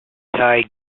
tie